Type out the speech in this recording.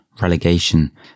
relegation